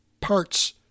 parts